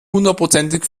hundertprozentig